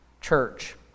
church